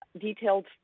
detailed